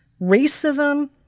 Racism